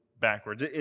backwards